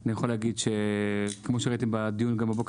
אני יכול להגיד שכמו שראיתם בדיון הבוקר,